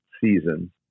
season